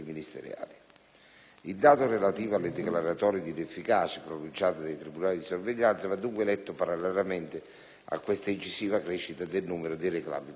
Il dato relativo alle declaratorie di inefficacia pronunciate dai tribunali di sorveglianza va dunque letto parallelamente a questa incisiva crescita del numero dei reclami presentati.